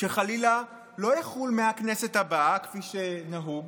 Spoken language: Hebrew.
שחלילה לא יחול מהכנסת הבאה כפי שנהוג,